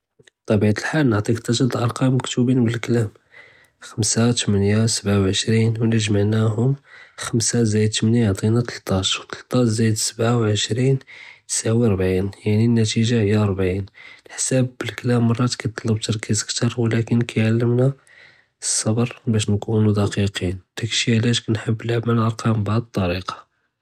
בְּטְבִיעַת הַחַאל נְעַטִּيك תְּלָאתָה דְל-אַל-אַרְקָאם מְכֻתוּבִין בַּכְּלַאם, חַמְסָה, תְּמְנִיָה, סְבַעָה וְעֶשְׂרִין, לוּא גְּמַעְנָהּום חַמְסָה זַאִיד תְּמְנִיָה יְעְטִינָא טַלְטַאש וְטַלְטַאש זַאִיד סְבַעָה וְעֶשְׂרִין תְּסַאוִי רְבְעִין יַעְנִי אֶל-נְתִיגָה הִיָּה רְבְעִין. אֶל-חִסַאב בַּכְּלַאם מָרַאת קַיִטְלַב תַּרְקִיז קְתַّر וְלָקִין קַיַעְלְמְנָא אֶל-סֶבּר בַּשּׁ נְכוּנוּ דַקִּיקִין, דַּאקְשִי עַלַאש קַנְחַבּ נְעַדּ אֶל-אַרְקָאם בְּהַאד אֶל-טְרִיקָה.